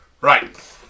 Right